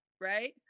Right